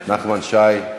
נחמן שי,